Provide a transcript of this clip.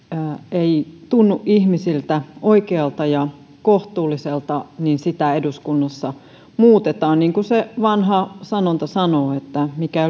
ei tunnu ihmisistä oikealta ja kohtuulliselta eduskunnassa muutetaan niin kuin se vanha sanonta sanoo että mikä ei